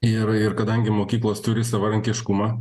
ir ir kadangi mokyklos turi savarankiškumą